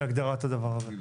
כהגדרת הדבר הזה.